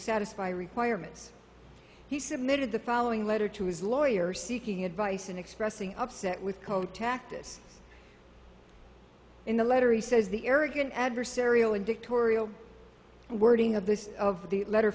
satisfy requirements he submitted the following letter to his lawyer seeking advice and expressing upset with contact us in the letter he says the arrogant adversarial and dictorial and wording of this of the letter